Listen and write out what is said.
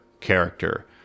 character